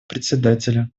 председателя